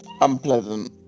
unpleasant